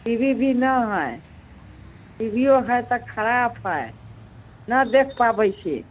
T V भी ना हइ टीवियो हइ तऽ खराब हइ ना देख पाबैत छी